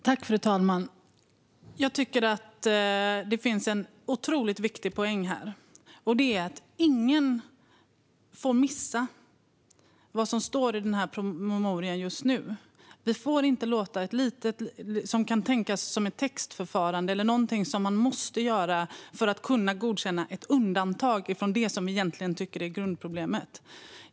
Fru talman! Jag tycker att det finns en otroligt viktig poäng här, och det är att ingen får missa vad som står i promemorian just nu. Vi får inte missa ett textförfarande eller någonting som man måste göra för att kunna godkänna ett undantag från det som vi egentligen tycker är grundproblemet.